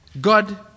God